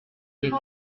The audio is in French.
siècle